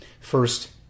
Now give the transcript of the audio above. First